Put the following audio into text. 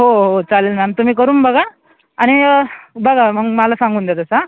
हो हो हो चालेल मॅम तुम्ही करून बघा आणि बघा मग मला सांगून द्या तसा